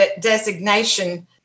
designation